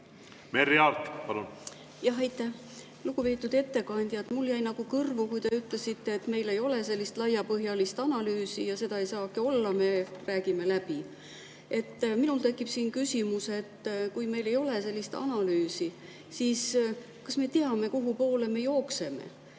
Merry Aart, palun! Aitäh! Lugupeetud ettekandja! Mul jäi kõrvu, kui te ütlesite, et meil ei ole sellist laiapõhjalist analüüsi ja seda ei saagi olla, me räägime läbi. Minul tekib küsimus, et kui meil ei ole sellist analüüsi, siis kas me teame, kuhupoole me jookseme